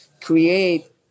create